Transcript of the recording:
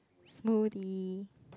smoothie